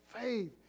faith